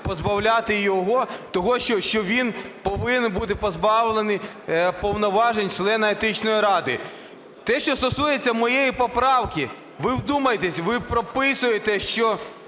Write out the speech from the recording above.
позбавляти його того, що він повинен бути позбавлений повноважень члена Етичної ради. Те, що стосується моєї поправки, ви вдумайтесь, ви прописуєте, що